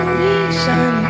reason